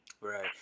Right